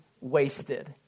wasted